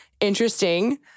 Interesting